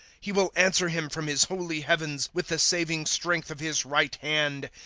he will answer him from his holy heavens, with the saving strength of his right hand.